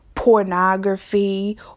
pornography